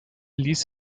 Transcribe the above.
ließ